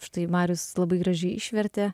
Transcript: štai marius labai gražiai išvertė